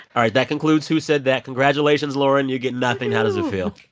all right, that concludes who said that? congratulations, lauren. you get nothing. how does it feel?